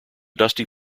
dusty